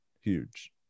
Huge